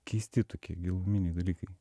keisti tokie giluminiai dalykai